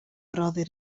rhoddir